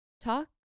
talk